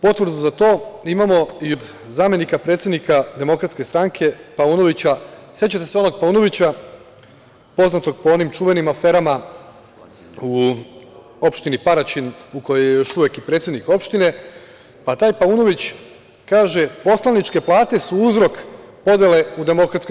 Potvrdu za to imao i od zamenika predsednika DS Paunovića, sećate se onog Paunovića poznatog po onim čuvenim aferama u opštini Paraćin u kojoj je još uvek predsednik opštine, pa taj Paunović kaže – poslaničke plate su uzrok podele u DS.